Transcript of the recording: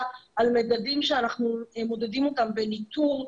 על מדדים שאנחנו מודדים אותם בניטור,